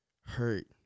hurt